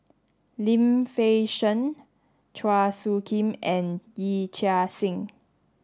Lim Fei Shen Chua Soo Khim and Yee Chia Hsing